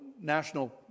national